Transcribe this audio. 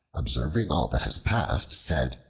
observing all that has passed, said,